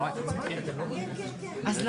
עוד פעם, גם